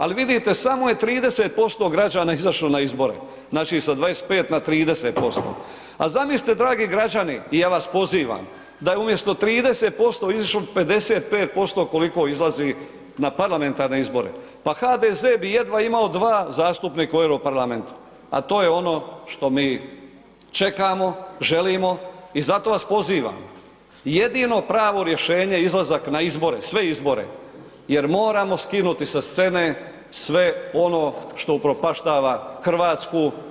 Ali vidite samo je 30% građana izašlo na izbore, znači sa 25 na 30%, a zamislite dragi građani i ja vas pozivam da je umjesto 30% izišlo 55% koliko izlazi na parlamentarne izbore, pa HDZ bi jedva imao 2 zastupnika u Europarlamentu, a to je ono što mi čekamo, želimo i zato vas pozivam, jedino pravo rješenje je izlazak na izbore, sve izbore, jer moramo skinuti sa scene sve ono što upropaštava Hrvatsku.